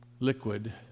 liquid